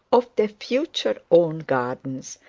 of their future own gardens,